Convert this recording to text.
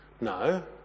No